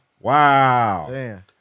Wow